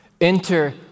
Enter